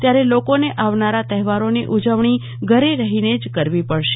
ત્યારે લોકોને આવનારા તહેવારોની ઉજવણી ઘરે રહીને જ કરવી પડશે